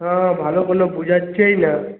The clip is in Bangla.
হাঁ ভালো কোনো বুঝছিই না